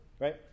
right